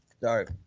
Sorry